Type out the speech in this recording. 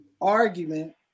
argument